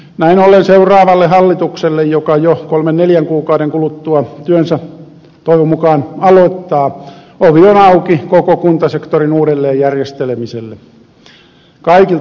näin ollen seuraavalle hallitukselle joka jo kolmen neljän kuukauden kuluttua työnsä toivon mukaan aloittaa ovi on auki koko kuntasektorin uudelleenjärjestelemiselle kaikilta osin